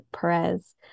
perez